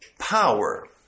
power